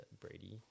Brady